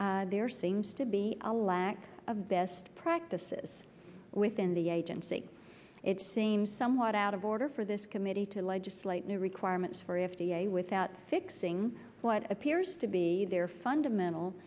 there seems to be a lack of best practices within the agency it seems somewhat out of order for this committee to legislate new requirements for f d a without fixing what appears to be their fundamental